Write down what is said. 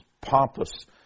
pompous